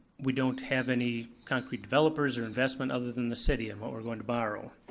we don't have any concrete developers or investment other than the city in what we're going to borrow.